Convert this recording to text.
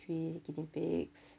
three guinea pigs